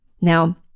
Now